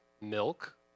milk